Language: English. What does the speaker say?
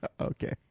Okay